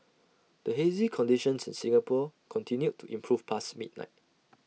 the hazy conditions in Singapore continued to improve past midnight